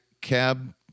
cab